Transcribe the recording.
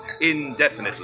indefinitely